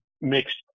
mixed